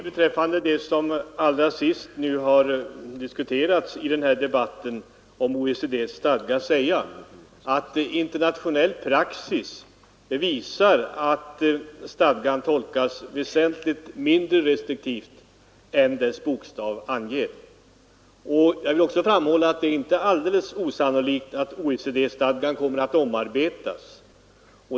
Herr talman! Beträffande det som i den här debatten allra senast har diskuterats i fråga om OECD:s stadga vill jag säga att internationell praxis visar att stadgan tolkas väsentligt mindre restriktivt än dess bokstav anger. Jag vill också framhålla att det inte är alldeles osannolikt att OECD-stadgan kommer att omarbetas.